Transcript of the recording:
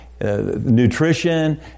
nutrition